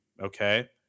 okay